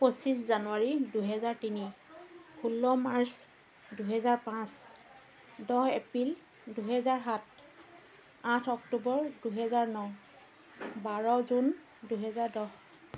পঁচিছ জানুৱাৰী দুহেজাৰ তিনি ষোল্ল মাৰ্চ দুহেজাৰ পাঁচ দহ এপ্ৰিল দুহেজাৰ সাত আঠ অক্টোবৰ দুহেজাৰ ন বাৰ জুন দুহেজাৰ দহ